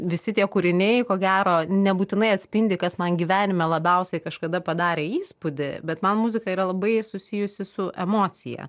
visi tie kūriniai ko gero nebūtinai atspindi kas man gyvenime labiausiai kažkada padarė įspūdį bet man muzika yra labai susijusi su emocija